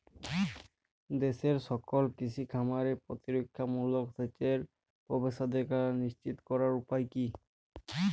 দেশের সকল কৃষি খামারে প্রতিরক্ষামূলক সেচের প্রবেশাধিকার নিশ্চিত করার উপায় কি?